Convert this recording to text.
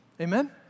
Amen